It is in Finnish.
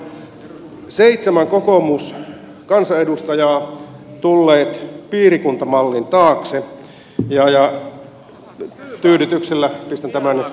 täällä on seitsemän kokoomuskansanedustajaa tullut piirikuntamallin taakse ja tyydytyksellä pistän tämän merkille